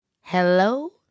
hello